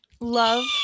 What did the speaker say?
Love